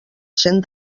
cent